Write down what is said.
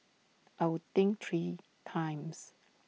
I would think three times